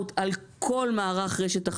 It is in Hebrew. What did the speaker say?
אנחנו נציג את הנושא של האנרגיות המתחדשות,